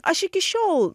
aš iki šiol